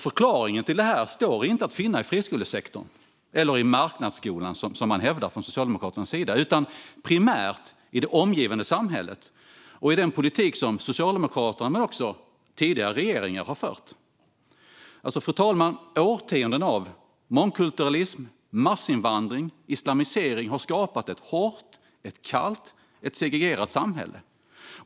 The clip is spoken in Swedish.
Förklaringen till detta står inte att finna i friskolesektorn eller "marknadsskolan", som man hävdar från Socialdemokraternas sida, utan primärt i det omgivande samhället och i den politik som Socialdemokraterna, men också tidigare regeringar, har fört. Fru talman! Årtionden av mångkulturalism, massinvandring och islamisering har skapat ett hårt, kallt och segregerat samhälle.